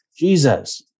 jesus